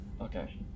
Okay